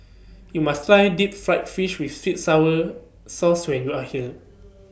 YOU must Try Deep Fried Fish with Sweet Sour Sauce when YOU Are here